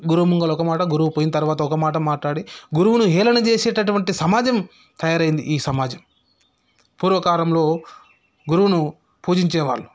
గురువు ముంగల ఒక మాట గురువు పోయిన తర్వాత ఒక మాట మాట్లాడి గురువును హేళన చేసేటటువంటి సమాజం తయారైంది ఈ సమాజం పూర్వకాలంలో గురువును పూజించేవాళ్ళు